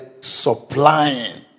supplying